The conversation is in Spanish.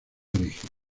origen